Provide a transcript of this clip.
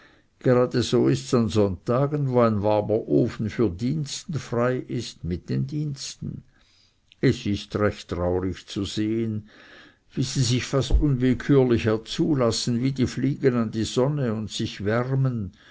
gerade so ists an sonntagen wo ein warmer ofen für diensten frei ist mit den diensten es ist recht traurig zu sehen wie sie sich fast unwillkürlich herzulassen wie die fliegen an die sonne und sich wärmen